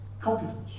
confidence